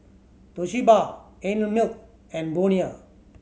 Toshiba Einmilk and Bonia